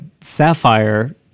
Sapphire